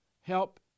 help